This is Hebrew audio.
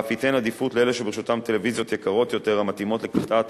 ואף ייתן עדיפות לאלו שברשותם טלוויזיות יקרות יותר המתאימות לקליטת